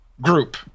group